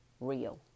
real